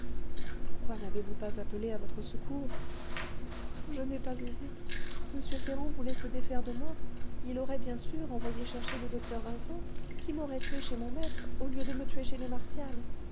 pourquoi n'avez-vous pas appelé à votre secours oh je n'ai pas osé m ferrand voulait se défaire de moi il aurait bien sûr envoyé chercher le docteur vincent qui m'aurait tuée chez mon maître au lieu de me tuer chez les martial